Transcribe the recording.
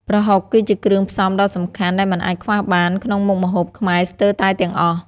ប្រហុកគឺជាគ្រឿងផ្សំដ៏សំខាន់ដែលមិនអាចខ្វះបានក្នុងមុខម្ហូបខ្មែរស្ទើរតែទាំងអស់។